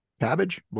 cabbage